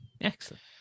Excellent